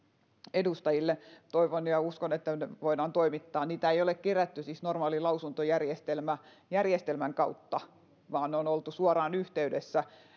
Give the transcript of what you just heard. edustajille toivon ja uskon ne voidaan toimittaa niitä ei siis ole kerätty normaalin lausuntojärjestelmän kautta vaan on oltu suoraan yhteydessä